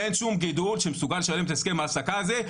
אין שום גידול שמסוגל לשלם את הסכם ההעסקה הזה,